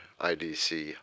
IDC